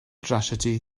drasiedi